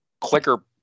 clicker